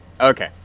Okay